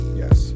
yes